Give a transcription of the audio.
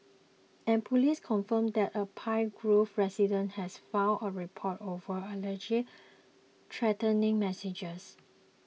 and police confirmed that a Pine Grove resident has filed a report over alleged threatening messages